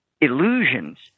illusions